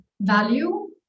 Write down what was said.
value